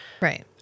right